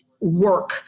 work